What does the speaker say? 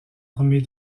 armée